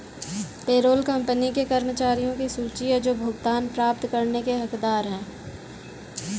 payroll company के कर्मचारियों की सूची है जो भुगतान प्राप्त करने के हकदार हैं